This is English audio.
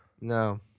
No